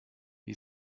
wie